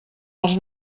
els